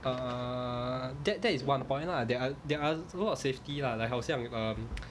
err that that is one point lah there are there are a lot of safety lah like 好像 um